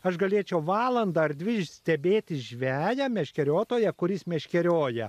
aš galėčiau valandą ar dvi stebėti žveją meškeriotoją kuris meškerioja